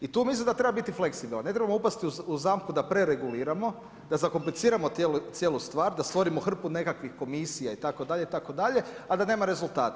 I tu mislim da treba biti fleksibilan, ne treba upasti u zamku da preleguliramo, da zakompliciramo cijelu stvar, da stvorimo hrpu nekakvih komisija itd., itd. a da nema rezultata.